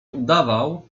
udawał